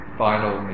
final